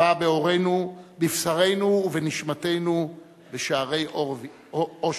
נצרבה בעורנו, בבשרנו ובנשמתנו בשערי אושוויץ.